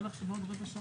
תיקים.